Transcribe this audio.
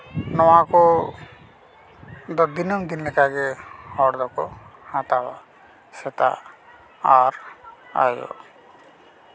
ᱱᱚᱣᱟ ᱠᱚᱫᱚ ᱫᱤᱱᱟᱹᱢ ᱫᱤᱱ ᱞᱮᱠᱟᱜᱮ ᱦᱚᱲ ᱫᱚᱠᱚ ᱦᱟᱛᱟᱣᱟ ᱥᱮᱛᱟᱜ ᱟᱨ ᱟᱹᱭᱩᱵ